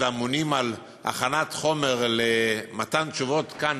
ואמונים על הכנת חומר למתן תשובות כאן,